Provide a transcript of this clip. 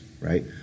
right